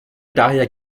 daher